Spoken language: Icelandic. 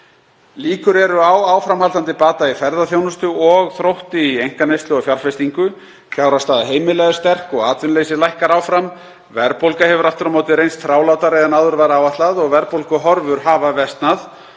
Líkur eru á áframhaldandi bata í ferðaþjónustu og þrótti í einkaneyslu og fjárfestingu. Fjárhagsstaða heimila er sterk og atvinnuleysi lækkar áfram. Verðbólga hefur aftur á móti reynst þrálátari en áður var áætlað og verðbólguhorfur hafa versnað,